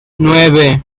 nueve